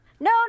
No